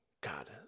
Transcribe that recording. God